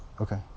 Okay